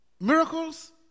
miracles